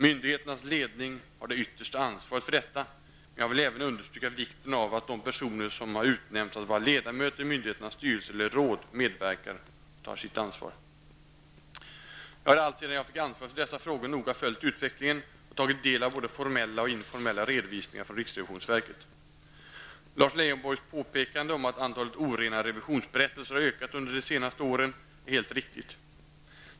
Myndigheternas ledning har det yttersta ansvaret för detta, men jag vill även understryka vikten av att de personer som har utnämnts att vara ledamöter i myndigheternas styrelser eller råd medverkar och tar sitt ansvar. Jag har alltsedan jag fick ansvaret för dessa frågor noga följt utvecklingen och tagit del av både formella och informella redovisningar från riksrevisionsverket. Lars Leijonborgs påpekande om att antalet orena revisionsberättelser har ökat under de senaste åren är helt riktigt.